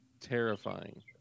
terrifying